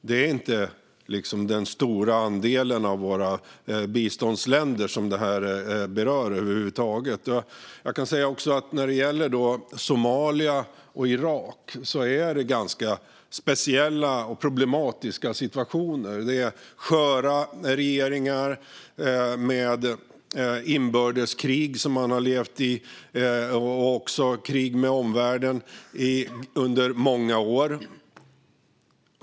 Det är inte den stora andelen av våra biståndsländer som det här berör. När det gäller Somalia och Irak är det ganska speciella och problematiska situationer. Det är sköra regeringar, och man har levt med inbördeskrig och krig med omvärlden under många år.